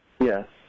Yes